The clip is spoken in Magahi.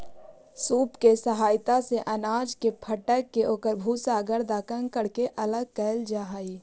सूप के सहायता से अनाज के फटक के ओकर भूसा, गर्दा, कंकड़ के अलग कईल जा हई